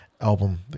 album